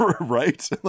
Right